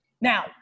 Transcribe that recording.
Now